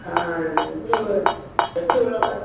ஆ எப்படி உள்ள எப்படி உள்ள காரு